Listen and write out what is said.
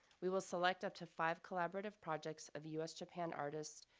we will select up to five collaborative projects of us-japan artists,